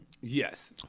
Yes